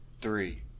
three